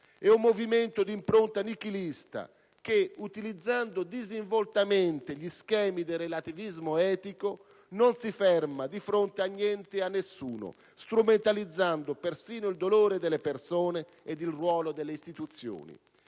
È un movimento d'impronta nichilista che, utilizzando disinvoltamente gli schemi del relativismo etico, non si ferma di fronte a niente e a nessuno, strumentalizzando persino il dolore delle persone e il ruolo delle istituzioni,